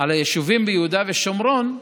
על היישובים ביהודה ושומרון,